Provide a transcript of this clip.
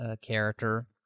character